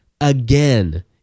again